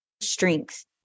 strength